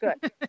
good